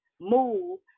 move